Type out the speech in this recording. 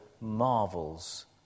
marvels